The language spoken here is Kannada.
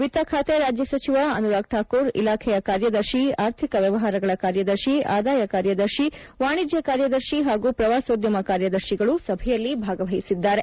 ವಿತ್ತಖಾತೆ ರಾಜ್ಯ ಸಚಿವ ಅನುರಾಗ್ ಠಾಕೂರ್ ಇಲಾಖೆಯ ಕಾರ್ಯದರ್ಶಿ ಅರ್ಥಿಕ ವ್ಯವಹಾರಗಳ ಕಾರ್ಯದರ್ಶಿ ಆದಾಯ ಕಾರ್ಯದರ್ಶಿ ವಾಣಿಜ್ಯ ಕಾರ್ಯದರ್ಶಿ ಹಾಗೂ ಪ್ರವಾಸೋದ್ಯಮ ಕಾರ್ಯದರ್ಶಿಗಳು ಸಭೆಯಲ್ಲಿ ಭಾಗವಹಿಸಿದ್ದಾರೆ